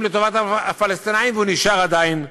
לטובת הפלסטינים והוא נשאר עדיין מבודד?